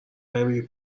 نمیری